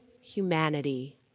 humanity